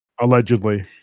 Allegedly